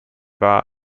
war